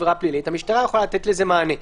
עבירה פלילית המשטרה יכולה לתת לזה מענה.